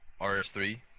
RS3